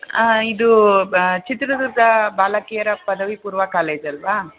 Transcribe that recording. ಇದು ಬ ಚಿತ್ರದುರ್ಗ ಬಾಲಕಿಯರ ಪದವಿ ಪೂರ್ವ ಕಾಲೇಜಲ್ವಾ